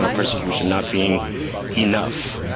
ah persecution. not being enough.